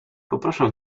poproszę